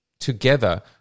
Together